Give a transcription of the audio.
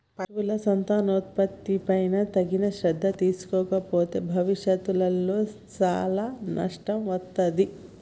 పశువుల సంతానోత్పత్తిపై తగిన శ్రద్ధ తీసుకోకపోతే భవిష్యత్తులో చాలా నష్టం వత్తాది